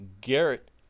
Garrett